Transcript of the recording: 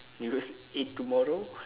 you eat tomorrow